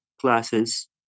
classes